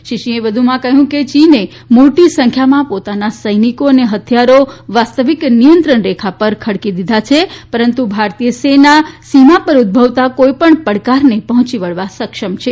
શ્રી સિંહે વધુમાં જણાવ્યું હતું કે ચીને મોટી સંખ્યામાં પોતાના સૈનિકો અને હથિયારો વાસ્તવિક નિયંત્રણ રેખા ઉપર ખડકી દીધા છે પરંતુ ભારતીય સેના સીમા પર ઉદભવતા કોઇપણ પડકારને પહોંચી વળવા સક્ષમ છે